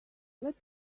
let